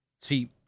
See